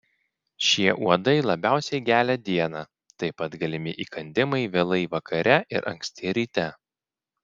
šie uodai labiausiai gelia dieną taip pat galimi įkandimai vėlai vakare ir anksti ryte